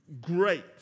Great